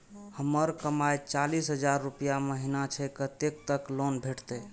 हमर कमाय चालीस हजार रूपया महिना छै कतैक तक लोन भेटते?